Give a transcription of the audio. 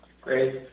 Great